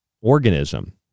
organism